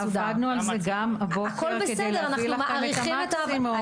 עבדנו על זה גם הבוקר כדי להביא לכם את המקסימום.